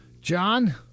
John